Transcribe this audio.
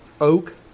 oak